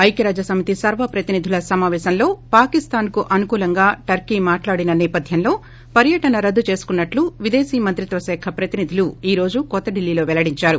ఐక్యరాజ్యసమితి సర్వప్రతినిధుల సమావేశంలో పాకిస్తాన్ కు అనుకూలంగా టర్కీ మాట్లాడిన నేపథ్యంలో పర్యటన రద్దు చేసుకున్నట్టు విదేశీ మంత్రిత్వ శాఖ ప్రతినిధులు ఈ రోజు కొత్త ఢిల్లీలో పెల్లడించారు